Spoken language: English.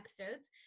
episodes